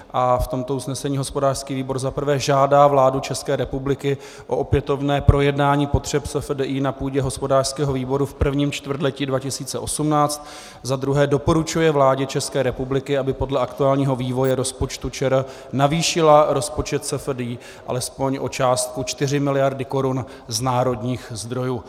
V tomto usnesení hospodářský výbor: zaprvé žádá vládu České republiky o opětovné projednání potřeb SFDI na půdě hospodářského výboru v prvním čtvrtletí 2018; zadruhé doporučuje vládě České republiky, aby podle aktuálního vývoje rozpočtu ČR navýšila rozpočet SFDI alespoň o částku 4 mld. korun z národních zdrojů.